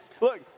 Look